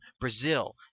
Brazil